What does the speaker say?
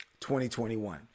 2021